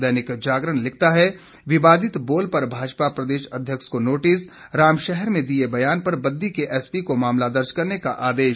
दैनिक जागरण लिखता है विवादित बोल पर भाजपा प्रदेश अध्यक्ष को नोटिस रामशहर में दिए बयान पर बद्दी के एसपी को मामला दर्ज करने का आदेश